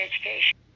education